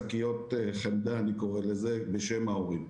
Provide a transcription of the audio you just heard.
אנחנו כל הזמן מבקשים שהילדים האלה יהיו שווי זכויות לשאר האזרחים,